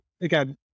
again